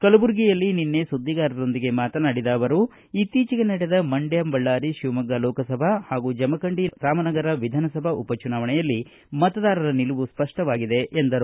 ಕಲಬುರಗಿಯಲ್ಲಿ ನಿನ್ನೆ ಸುದ್ದಿಗಾರರೊಂದಿಗೆ ಮಾತನಾಡಿದ ಅವರು ಇತ್ತೀಚಿಗೆ ನಡೆದ ಮಂಡ್ಯ ಬಳ್ಳಾರಿ ಶಿವಮೊಗ್ಗ ಲೋಕಸಭಾ ಹಾಗೂ ಜಮಖಂಡಿ ರಾಮನಗರ ವಿಧಾನಸಭಾ ಉಪ ಚುನಾವಣೆಯಲ್ಲಿ ಮತದಾರರ ನಿಲುವು ಸ್ಪಷ್ಟವಾಗಿದೆ ಎಂದರು